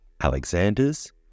Alexander's